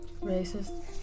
racist